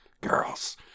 Girls